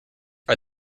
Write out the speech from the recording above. are